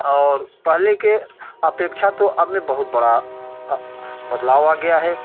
और पहले के अपेक्षा तो अब में बहुत बड़ा बदलाव आ गया है